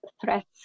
threats